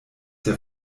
der